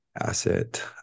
asset